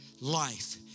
life